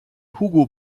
hugo